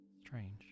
Strange